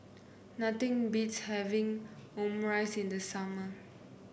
nothing beats having Omurice in the summer